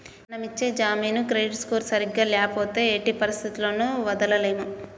మనం ఇచ్చే జామీను క్రెడిట్ స్కోర్ సరిగ్గా ల్యాపోతే ఎట్టి పరిస్థతుల్లోను వదలలేము